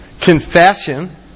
confession